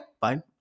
fine